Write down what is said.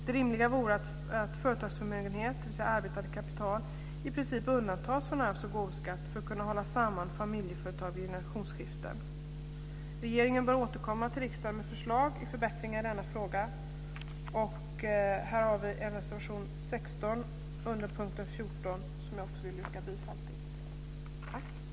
Det rimliga vore att företagsförmögenhet, dvs. arbetande kapital, i princip undantas från arvs och gåvoskatt för att man ska kunna hålla samman familjeföretag vid generationsskiften. Regeringen bör återkomma till riksdagen med förslag till förbättringar i denna fråga. Här har vi en reservation, nr 16, under punkt 14, som jag också vill yrka bifall till.